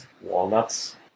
Walnuts